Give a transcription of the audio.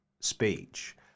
speech